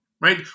right